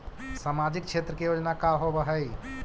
सामाजिक क्षेत्र के योजना का होव हइ?